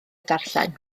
darllen